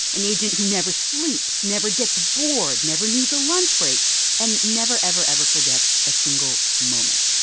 an agent who never sleeps, never gets bored, never needs a lunch break and never, ever, ever forgets a single moment.